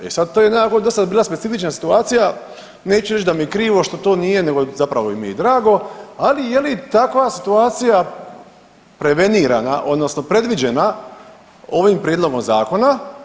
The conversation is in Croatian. E sad to jedna onako dosta bila specifična situacija, neću reći da mi je krivo što to nije, zapravo mi je i drago, ali je li takva situacija prevenirana odnosno predviđena ovim prijedlogom zakona?